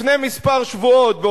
לפני שבועות מספר,